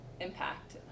impact